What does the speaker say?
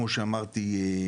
כמו שאמרתי,